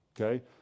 Okay